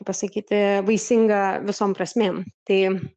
pasakyti vaisinga visom prasmėm tai